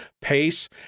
PACE